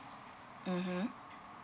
mmhmm